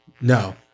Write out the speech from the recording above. No